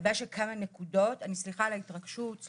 הלוואי שכמה נקודות וסליחה על ההתרגשות,